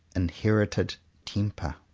inherited temper.